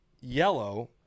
yellow